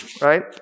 right